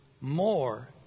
more